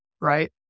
right